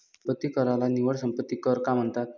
संपत्ती कराला निव्वळ संपत्ती कर का म्हणतात?